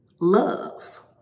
love